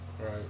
right